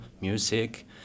music